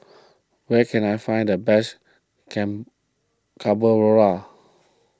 where can I find the best can Carbonara